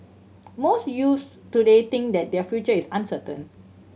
most youths today think that their future is uncertain